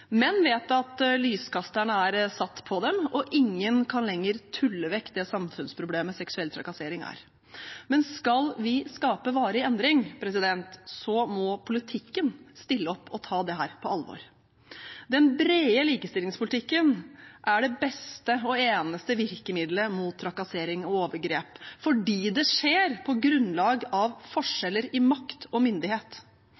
Menn vet at lyskasterne er satt på dem. Ingen kan lenger tulle vekk det samfunnsproblemet seksuell trakassering er. Men skal vi skape varig endring, må politikken stille opp og ta dette på alvor. Den brede likestillingspolitikken er det beste og eneste virkemiddelet mot trakassering og overgrep, fordi det skjer på grunnlag av